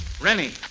Rennie